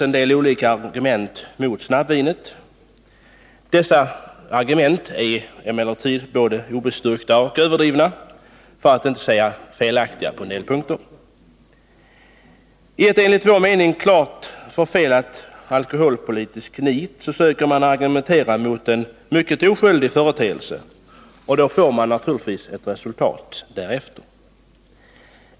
En del olika argument mot snabbvin framförs således. Argumenten är emellertid både obestyrkta och överdrivna för att inte säga felaktiga på en del punkter. I ett enligt vår mening klart förfelat alkoholpolitiskt nit söker man argumentera mot en mycket oskyldig företeelse. Då får man naturligtvis ett resultat därefter.